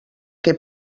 què